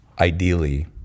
ideally